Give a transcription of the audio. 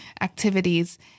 activities